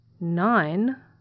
Nine